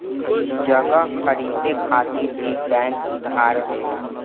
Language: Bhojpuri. जगह खरीदे खातिर भी बैंक उधार देला